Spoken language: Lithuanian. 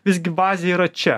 visgi bazė yra čia